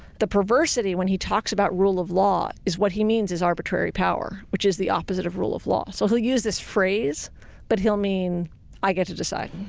the perversity when he talks about rule of law is what he means is arbitrary power which is the opposite of rule of law. so he'll use this phrase but he'll mean i get to decide.